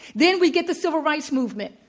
then we get the civil rights movement,